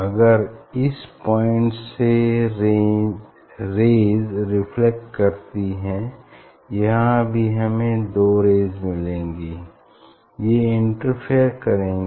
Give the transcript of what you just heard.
अगर इस पॉइंट से रेज़ रिफ्लेक्ट करती हैं यहाँ भी हमें दो रेज़ मिलेंगी ये इंटरफेयर करेंगी